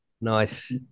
Nice